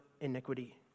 iniquity